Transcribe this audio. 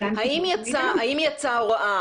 האם יצאה הוראה